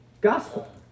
gospel